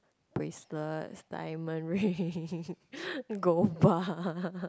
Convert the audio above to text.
bracelets diamond ring gold bar